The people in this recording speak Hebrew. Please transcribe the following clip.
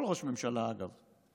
כל ראש ממשלה, אגב.